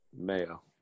mayo